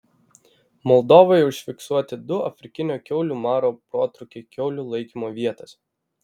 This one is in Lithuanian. moldovoje užfiksuoti du afrikinio kiaulių maro protrūkiai kiaulių laikymo vietose